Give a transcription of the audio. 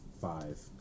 five